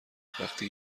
بدبختی